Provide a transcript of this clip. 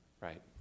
right